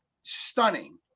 stunning